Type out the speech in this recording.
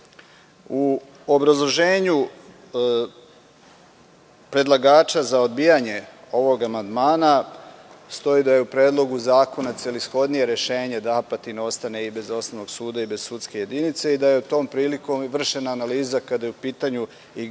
obrazloženju predlagača za odbijanje ovog amandmana stoji da je u Predlogu zakona celishodnije rešenje da Apatin ostane i bez osnovnog suda i bez sudske jedinice, i da je tom prilikom vršena analiza kada su u pitanju